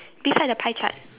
beside the pie chart